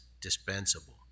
dispensable